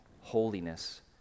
holiness